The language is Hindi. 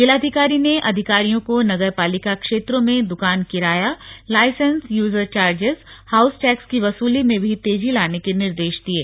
जिलाधिकारी ने अधिकारियों को नगर पालिका क्षेत्रों में दुकान किराया licence user charges house tax की वसूली में भी तेजी लाने के निर्देश दिये